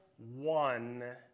One